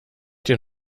den